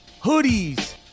hoodies